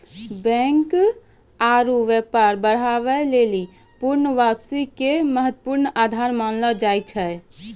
banking आरु व्यापार बढ़ाबै लेली पूर्ण वापसी के महत्वपूर्ण आधार मानलो जाय छै